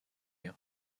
you